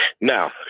Now